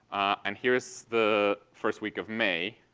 and here's the first week of may.